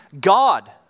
God